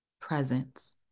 presence